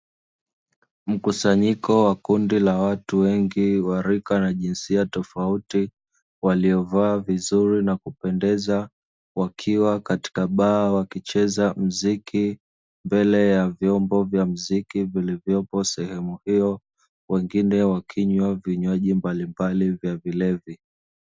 Mkusanyiko wa watu wengi wa rika na jinsia tofauti waliovaa vizuri na kupendeza wakiwa katika baa wakicheza mziki, mbele ya vyombo vya mziki vilivyopo sehemu hiyo wengine wakinywa vinywaji mbalimbali vya vilevi.